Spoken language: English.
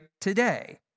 today